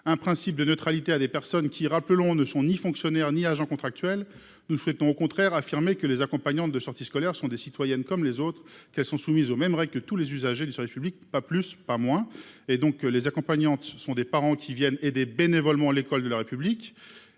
le principe de neutralité à des personnes qui- rappelons-le -ne sont ni fonctionnaires ni agents contractuels, nous souhaitons affirmer que les accompagnantes de sorties scolaires sont des citoyennes comme les autres, qui sont soumises aux mêmes règles que celles qui s'appliquent à l'ensemble des usagers du service public. Ni plus ni moins ! Les accompagnantes sont des parents qui viennent aider bénévolement l'école de la République.